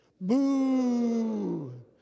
Boo